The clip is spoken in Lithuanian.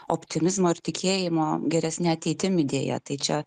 optimizmo ir tikėjimo geresne ateitim idėja tai čia